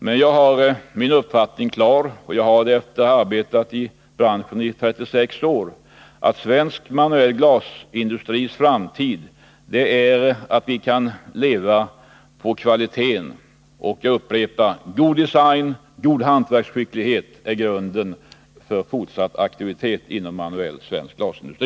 Men jag har min uppfattning klar efter att ha arbetat i branschen i 36 år: svensk manuell glasindustris framtid är kvaliteten. Och jag upprepar: God design och god hantverksskicklighet är grunden för fortsatt aktivitet och över huvud inom manuell glasindustri.